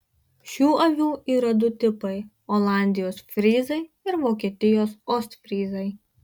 šių avių yra du tipai olandijos fryzai ir vokietijos ostfryzai